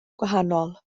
gwahanol